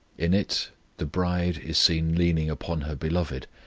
in it the bride is seen leaning upon her beloved,